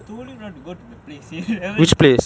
I told you not to go to that place say never listen